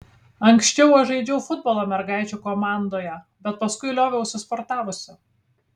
anksčiau aš žaidžiau futbolą mergaičių komandoje bet paskui lioviausi sportavusi